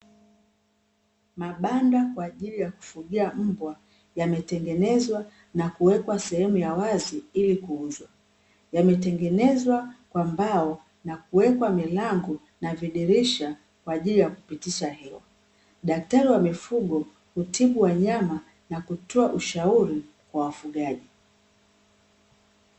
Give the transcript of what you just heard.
Mabanda kwa ajili ya kufugia mbwa yametengenezwa na kuwekwa sehemu ya wazi ili kuuzwa. Yametengenezwa kwa mbao na kuwekwa milango na vidirisha kwa ajili ya kupitisha hewa. Daktari wa mifugo hutibu wanyama na kutoa ushauri kwa wafugaji.